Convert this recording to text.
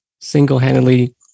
single-handedly